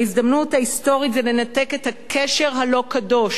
ההזדמנות ההיסטורית היא לנתק את הקשר הלא-קדוש